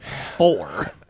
Four